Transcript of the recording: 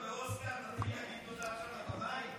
אתה באוסקר, תתחיל להגיד תודה עכשיו לבמאי?